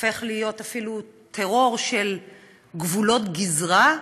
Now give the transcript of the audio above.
הופך להיות אפילו טרור של גבולות גזרה,